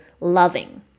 loving